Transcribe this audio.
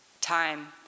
Time